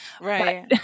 Right